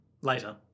Later